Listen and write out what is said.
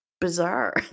bizarre